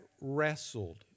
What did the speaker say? wrestled